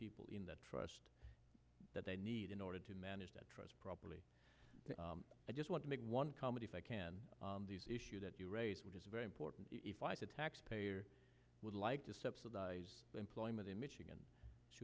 people in the trust that they need in order to manage that trust properly i just want to make one comment if i can these issues that you raise which is very important if i said taxpayer would like to subsidize employment in michigan